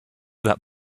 that